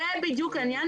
זה בדיוק העניין,